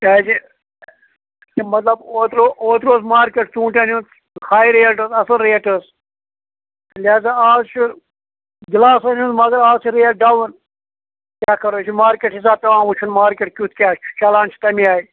کیٛازِ یہِ مطلب اوترٕ اوترٕ اوس مارکیٹ ژوٗنٛٹھٮ۪ن ہُنٛد ہاے ریٹ ٲس اَصٕل ریٹ ٲسۍ لہذا آز چھُ گِلاسَن ہُنٛد مگر آز چھُ ریٹ ڈاوُن کیٛاہ کَرو یہِ چھِ مارکیٹ حِساب پٮ۪وان وُچھُن مارکیٹ کیُتھ کیٛاہ چھُ چَلان چھُ تَمی آیہِ